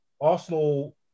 Arsenal